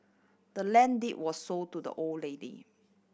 the land deed was sold to the old lady